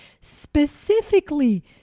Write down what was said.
specifically